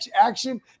action